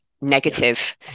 negative